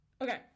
Okay